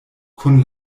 kun